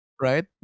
Right